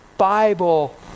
Bible